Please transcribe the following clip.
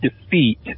defeat